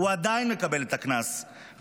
הוא עדיין יקבל את הקנס,